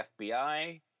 FBI